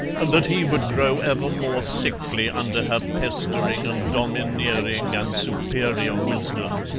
and that he would grow ever more sickly under her pestering and domineering and superior wisdom,